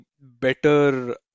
better